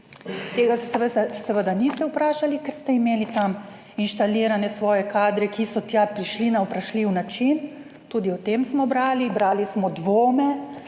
Tega se seveda niste vprašali, ker ste imeli tam inštalirane svoje kadre, ki so tja prišli na vprašljiv način - tudi o tem smo brali. Brali smo dvome